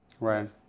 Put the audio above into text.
right